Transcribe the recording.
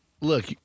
look